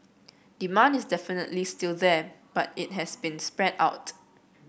demand is definitely still there but it has been spread out